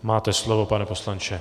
Máte slovo, pane poslanče.